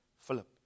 Philip